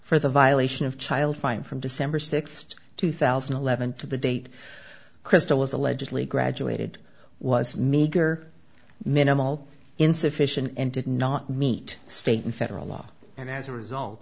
for the violation of child fine from december sixth two thousand and eleven to the date crystal is allegedly graduated was meager minimal insufficient and did not meet state and federal law and as a result